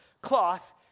cloth